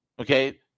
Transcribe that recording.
Okay